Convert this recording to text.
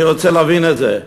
אני רוצה להבין את זה.